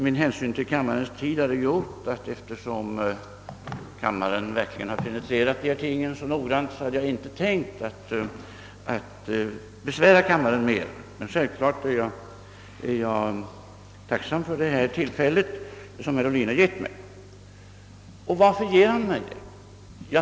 Min hänsyn till kammarens tid hade gjort att jag, eftersom kammaren verkligen har penetrerat dessa ting så noggrant, inte hade tänkt besvära kammaren mer, men självfallet är jag tacksam för det här tillfället som herr Ohlin har givit mig. Och varför ger han mig det?